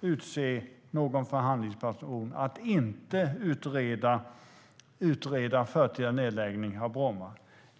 utse någon förhandlingsperson och att inte utreda förtida nedläggning av Bromma.